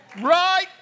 Right